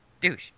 douche